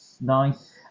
Nice